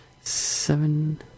seven